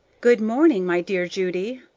good morning, my dear judy!